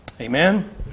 Amen